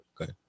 Okay